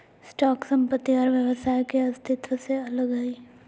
stock संपत्ति और व्यवसाय के अस्तित्व से अलग हइ